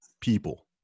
people